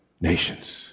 nations